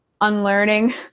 unlearning